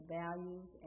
values